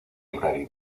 library